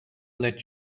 let